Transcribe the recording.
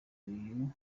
uyu